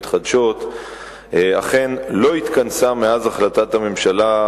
פיתוח ויישום אנרגיות מתחדשות אכן לא התכנסה מאז החלטת הממשלה,